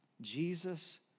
Jesus